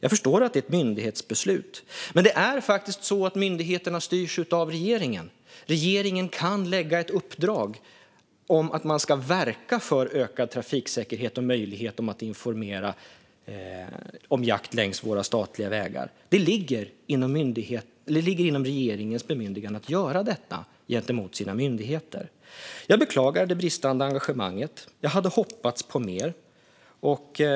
Jag förstår att det är ett myndighetsbeslut, men det är faktiskt så att myndigheterna styrs av regeringen. Regeringen kan lägga ett uppdrag om att verka för ökad trafiksäkerhet och möjlighet att informera om jakt längs våra statliga vägar. Det ligger inom regeringens bemyndigande att göra detta gentemot sina myndigheter. Jag beklagar det bristande engagemanget. Jag hade hoppats på mer.